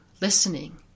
listening